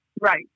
Right